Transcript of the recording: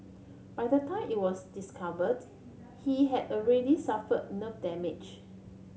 by the time it was discovered he had already suffer nerve damage